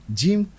gym